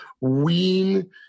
Ween